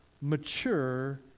mature